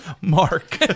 Mark